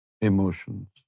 emotions